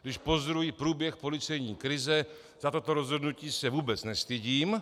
Když pozoruji průběh policejní krize, za toto rozhodnutí se vůbec nestydím.